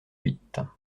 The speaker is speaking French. huit